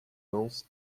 lance